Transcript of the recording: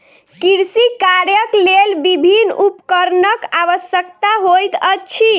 कृषि कार्यक लेल विभिन्न उपकरणक आवश्यकता होइत अछि